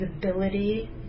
visibility